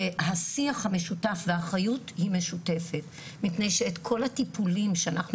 השיח המשותף והאחריות היא משותפת מפני שאת כל הטיפולים שאנחנו